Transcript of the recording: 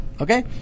Okay